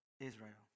Israel